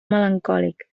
melancòlic